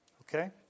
Okay